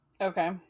okay